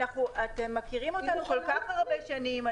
אתם מכירים אותנו כל כך הרבה שנים,